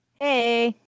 Hey